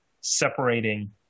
separating